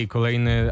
Kolejny